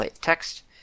text